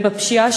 ובפשיעה,